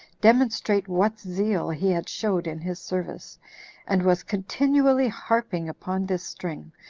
demonstrate what zeal he had showed in his service and was continually harping upon this string,